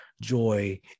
joy